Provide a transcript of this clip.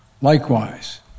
Likewise